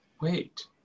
wait